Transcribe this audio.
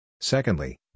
Secondly